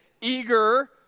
eager